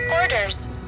Orders